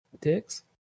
dicks